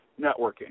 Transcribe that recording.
networking